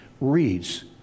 reads